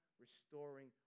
restoring